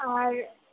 আর